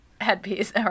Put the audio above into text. headpiece